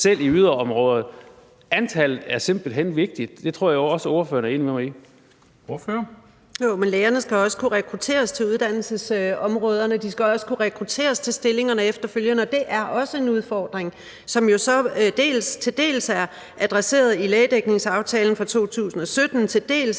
Ordføreren. Kl. 13:47 Kirsten Normann Andersen (SF): Jo, men lægerne skal også kunne rekrutteres til uddannelsesområderne, og de skal også kunne rekrutteres til stillingerne efterfølgende. Og det er også en udfordring, som så dels er adresseret i lægedækningsaftalen fra 2017, dels